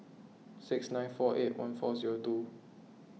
six nine four eight one four zero two